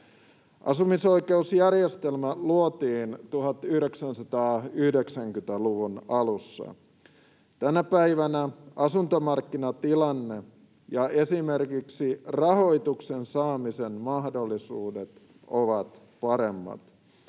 Asumisoikeusjärjestelmä luotiin 1990-luvun alussa. Tänä päivänä asuntomarkkinatilanne ja esimerkiksi rahoituksen saamisen mahdollisuudet ovat paremmat.